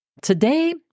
today